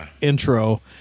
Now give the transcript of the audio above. intro